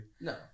No